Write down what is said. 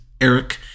Eric